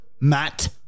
Matt